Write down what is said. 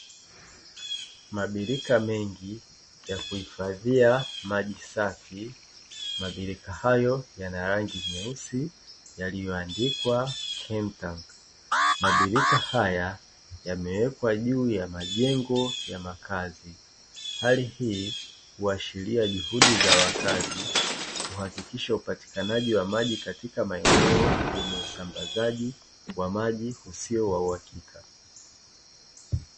Mabirika mengi ya kuhifadhia maji safi, mabirika hayo yana rangi nyeusi yaliyoandikwa "kentang,". Mabirika haya yamewekwa juu ya majengo ya makazi, hali hii huashiria juhudi za wakazi, kuhakikisha upatikanaji wa maji katika maeneo yenye usambazaji wa maji usio wa uhakika.